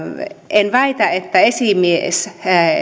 en väitä että esimies